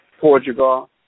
Portugal